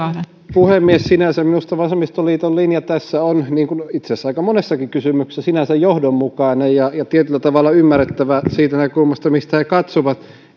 puhemies minusta vasemmistoliiton linja tässä on niin kuin itse asiassa aika monessakin kysymyksessä sinänsä johdonmukainen ja ja tietyllä tavalla ymmärrettävä siitä näkökulmasta mistä he katsovat